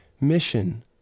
mission